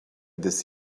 this